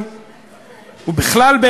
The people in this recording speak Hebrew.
אני אומר בצורה מאוד ברורה,